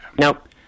nope